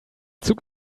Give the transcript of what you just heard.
zug